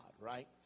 right